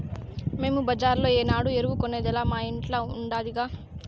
మేము బజార్లో ఏనాడు ఎరువు కొనేదేలా మా ఇంట్ల ఉండాదిగా